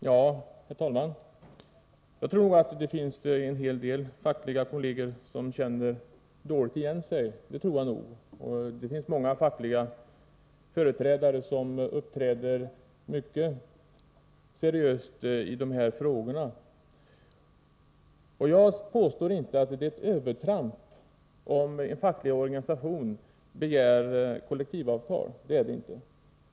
Herr talman! Jag tror säkert att det finns en hel del fackliga kolleger som känner dåligt igen sig. Många fackliga företrädare agerar mycket seriöst i de här frågorna. Jag påstår inte att det är ett övertramp om en facklig organisation begär kollektivavtal.